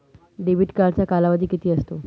Debit कार्डचा कालावधी किती असतो?